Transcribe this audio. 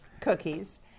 cookies